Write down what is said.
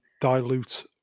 dilute